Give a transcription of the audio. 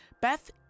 Beth